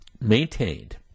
maintained